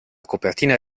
copertina